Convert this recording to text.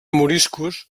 moriscos